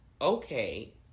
okay